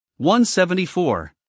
174